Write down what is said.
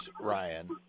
Ryan